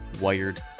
wired